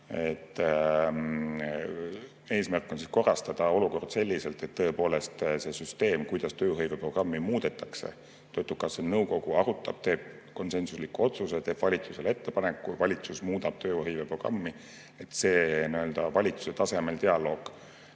Eesmärk on korrastada olukord selliselt, et tõepoolest seda süsteemi, kuidas tööhõiveprogrammi muudetakse, töötukassa nõukogu arutab, teeb konsensusliku otsuse, teeb valitsusele ettepaneku, valitsus muudab tööhõiveprogrammi, et valitsuse tasemel dialoog